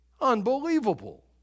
Unbelievable